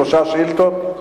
שלוש שאילתות,